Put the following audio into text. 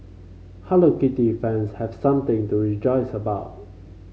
Hello Kitty fans have something to rejoice about